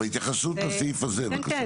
אבל התייחסות לסעיף הזה בבקשה.